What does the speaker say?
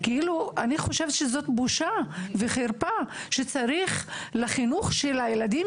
אני חושבת שזאת בושה וחרפה שהחינוך של הילדים